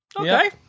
Okay